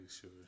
sure